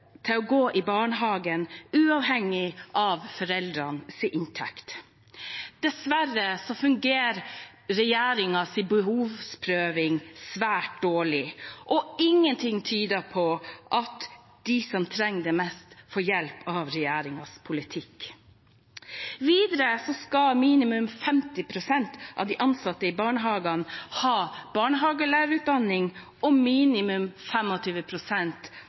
til å gå i barnehagen, uavhengig av foreldrenes inntekt. Dessverre fungerer regjeringens behovsprøving svært dårlig, og ingenting tyder på at de som trenger det mest, får hjelp av regjeringens politikk. Videre skal minimum 50 pst. av de ansatte i barnehagene ha barnehagelærerutdanning og minimum